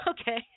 okay